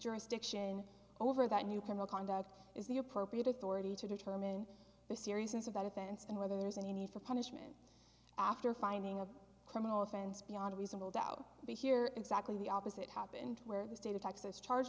jurisdiction over that new criminal conduct is the appropriate authority to determine the seriousness about offense and whether there's a need for punishment after finding a criminal offense beyond reasonable doubt be here exactly the opposite happened where the state of texas charge